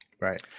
right